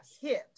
hips